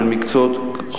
זה לא קשור לעצים.